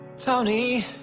Tony